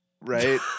Right